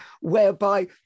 whereby